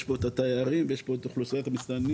יש את התיירים ויש את אוכלוסיית המסתננים.